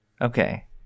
Okay